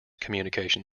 communication